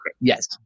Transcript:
Yes